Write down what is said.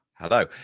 Hello